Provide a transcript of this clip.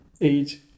age